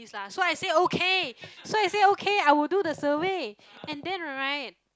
please lah so I say okay so I say okay I will do the survey and then right